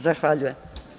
Zahvaljujem.